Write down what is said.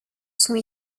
sont